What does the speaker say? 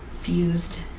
fused